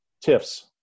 tiffs